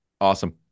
Awesome